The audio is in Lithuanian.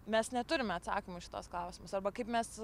mes neturime atsakymų į šituos klausimus arba kaip mes